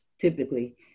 typically